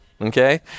okay